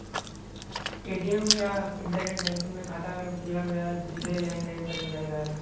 ATM या internet banking में bank खाता में किहल गयल पिछले लेन देन क जानकारी रहला